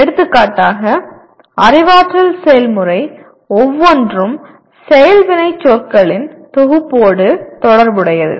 எடுத்துக்காட்டாக அறிவாற்றல் செயல்முறை ஒவ்வொன்றும் செயல் வினைச்சொற்களின் தொகுப்போடு தொடர்புடையது